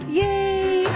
yay